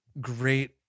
great